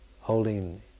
holding